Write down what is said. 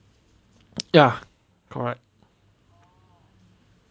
ya correct